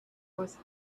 was